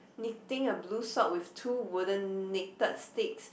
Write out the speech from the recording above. knitting a blue sock with two wooden knitted sticks